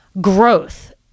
growth